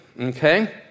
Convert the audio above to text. okay